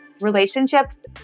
relationships